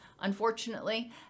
unfortunately